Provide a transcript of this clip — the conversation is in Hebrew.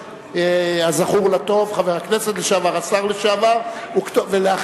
אני רוצה רק לומר לך ולחברים שוועדה לעובדים